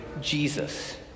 Jesus